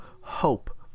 hope